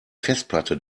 festplatte